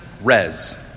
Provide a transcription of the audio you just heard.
res